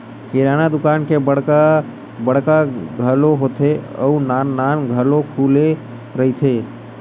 किराना के दुकान बड़का बड़का घलो होथे अउ नान नान घलो खुले रहिथे